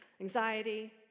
anxiety